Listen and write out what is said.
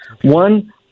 One